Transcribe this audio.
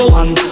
one